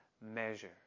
measure